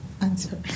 answer